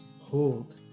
hold